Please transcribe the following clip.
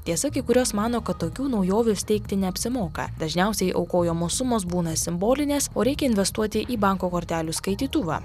tiesa kai kurios mano kad tokių naujovių steigti neapsimoka dažniausiai aukojamos sumos būna simbolinės o reikia investuoti į banko kortelių skaitytuvą